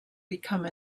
become